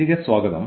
തിരികെ സ്വാഗതം